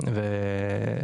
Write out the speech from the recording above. בבקשה.